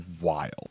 wild